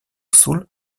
sul